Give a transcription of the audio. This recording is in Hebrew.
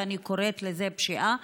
ואני קוראת לזה "פשיעה",